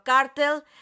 Cartel